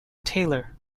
tailor